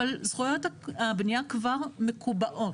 אבל זכויות הבנייה כבר מקובעות.